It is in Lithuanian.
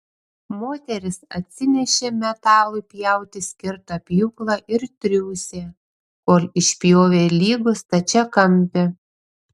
moterys atsinešė metalui pjauti skirtą pjūklą ir triūsė kol išpjovė lygų stačiakampį